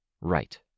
Right